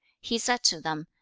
he said to them,